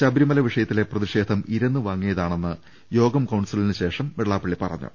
ശബരിമല വിഷയത്തിലെ പ്രതിഷേധം ഇരന്നു വാങ്ങിയതാണെന്ന് യോഗം കൌൺസിലിന് ശേഷം വെളളാപ്പളളി പറഞ്ഞു